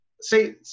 say